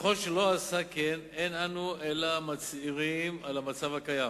וככל שלא עשה כן אין אנו אלא מצהירים על המצב הקיים".